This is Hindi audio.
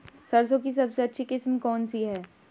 सरसों की सबसे अच्छी किस्म कौन सी है?